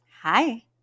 Hi